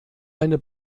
eine